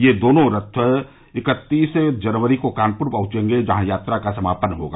ये दोनों रथ इकत्तीस जनवरी को कानपुर पहुंचेंगे जहां यात्रा का समापन हो जाएगा